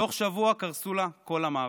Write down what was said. תוך שבוע קרסו לה כל המערכות.